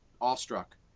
awestruck